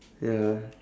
ya